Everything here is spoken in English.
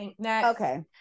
Okay